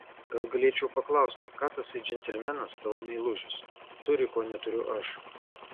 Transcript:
gal galėčiau paklausti ką tasai džentelmenas tavo meilužis turi ko neturiu aš